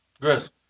Chris